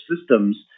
systems